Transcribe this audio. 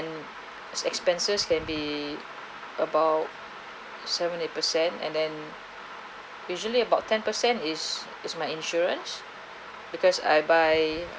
expenses can be about seventy percent and then usually about ten percent is is my insurance because I buy